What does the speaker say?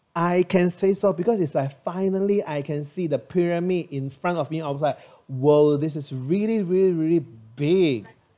I can say so because it's I've finally I can see the pyramid in front of me I was like !whoa! this is really really really big